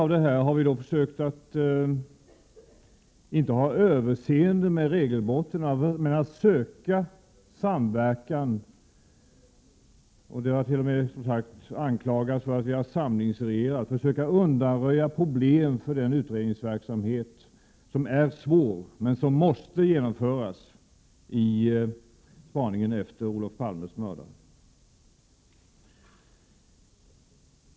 Vi har försökt inte att ha överseende med regelbrotten men att söka samverkan. Vi har t.o.m. anklagats för att ha samlingsregerat när vi har försökt undanröja problem för den utredningsverksamhet som är svår men som måste genomföras i spaningen efter Olof Palmes mördare.